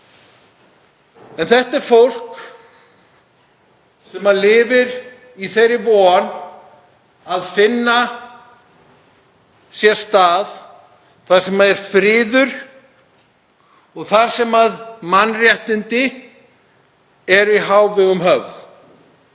Þetta er fólk sem lifir í þeirri von að finna sér stað þar sem er friður og þar sem mannréttindi eru í hávegum höfð.